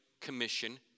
commission